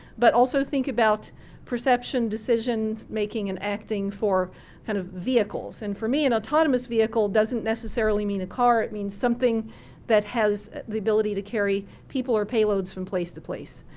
but also think about perception, decision making and acting for kind of vehicles and for me an autonomous vehicle doesn't necessarily mean a car, it means something that has the ability to carry people or payloads from place to place.